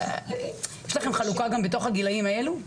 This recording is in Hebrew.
יש לכם חלוקה גם בתוך הגילאים האלו?